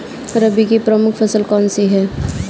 रबी की प्रमुख फसल कौन सी है?